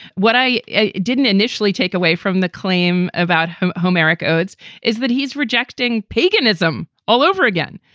what i didn't initially take away from the claim about homeric odes is that he's rejecting paganism all over again.